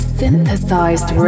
synthesized